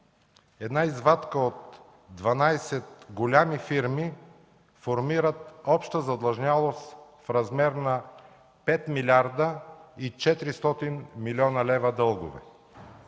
една извадка от 12 големи фирми формират обща задлъжнялост в размер на 5 млрд. 400 млн. лв. дългове.